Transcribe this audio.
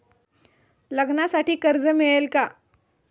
लग्नासाठी कर्ज मिळेल का?